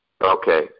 Okay